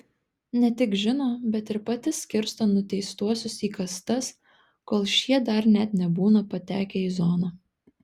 ne tik žino bet ir pati skirsto nuteistuosius į kastas kol šie dar net nebūna patekę į zoną